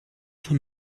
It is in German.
von